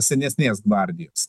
senesnės gvardijos